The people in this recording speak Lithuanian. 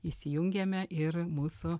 įsijungėme ir mūsų